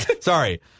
Sorry